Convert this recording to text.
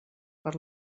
per